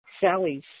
Sally's